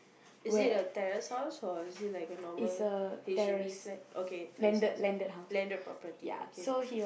is it a terrace house or is it like normal h_d_b flat okay terrace house landed property okay